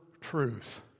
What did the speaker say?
truth